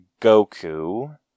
Goku